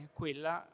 quella